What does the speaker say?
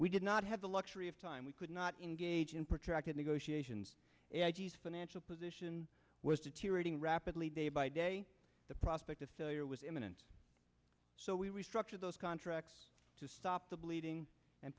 we did not have the luxury of time we could not engage in protected negotiations the id's financial position was deteriorating rapidly day by day the prospect of failure was imminent so we restructured those contracts to stop the bleeding and